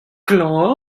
klañv